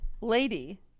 lady